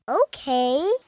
Okay